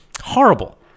Horrible